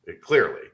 clearly